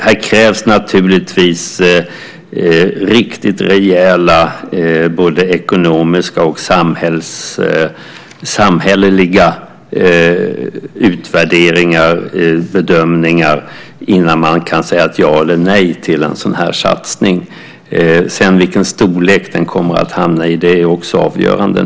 Det krävs naturligtvis riktigt rejäla ekonomiska och samhälleliga utvärderingar och bedömningar innan man kan säga ja eller nej till en sådan här satsning. Vilken storlek det hamnar i är naturligtvis också avgörande.